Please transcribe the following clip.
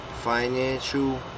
Financial